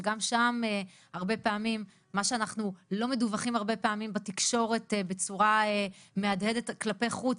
שגם שם מה שאנחנו לא מדווחים הרבה פעמים בתקשורת בצורה מהדהדת כלפי חוץ,